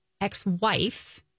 ex-wife